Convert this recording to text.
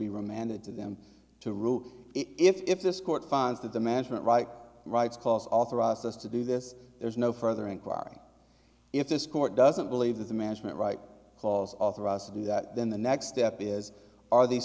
be remanded to them to row if this court finds that the management right rights cause authorized us to do this there's no further inquiry if this court doesn't believe that the management right clause authorized to do that then the next step is are the